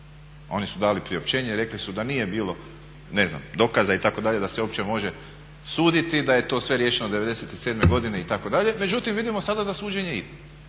oni su dali priopćenje, rekli su da nije bilo dokaza itd. da se uopće može suditi, da je to sve riješeno 97. godine itd., međutim vidimo sada da suđenje ide.